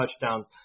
touchdowns